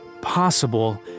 possible